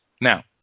Now